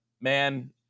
man